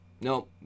no